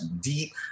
deep